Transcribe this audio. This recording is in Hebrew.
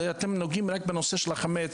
אתם נוגעים רק בנושא של החמץ,